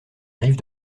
rive